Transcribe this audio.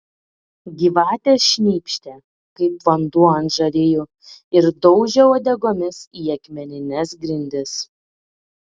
gyvatės šnypštė kaip vanduo ant žarijų ir daužė uodegomis į akmenines grindis